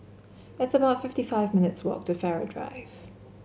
it's about fifty five minutes' walk to Farrer Drive